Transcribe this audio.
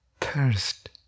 thirst